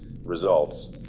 Results